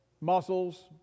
Muscles